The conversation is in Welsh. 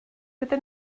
gyda